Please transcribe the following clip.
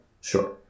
sure